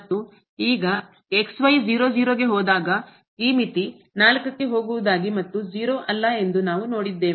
ಮತ್ತು ಈಗ 00ಕ್ಕೆ ಹೋದಾಗ ಈ ಮಿತಿ ಕ್ಕೆ ಹೋಗುವುದಾಗಿ ಮತ್ತು 0 ಅಲ್ಲ ಎಂದು ನಾವು ನೋಡಿದ್ದೇವೆ